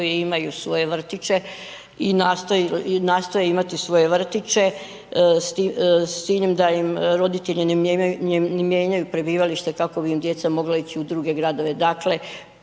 i imaju svoje vrtiće, i nastoje imati svoje vrtiće, s ciljem da im roditelji ne mijenjaju prebivalište kako bi im djeca mogla ići u druge gradove,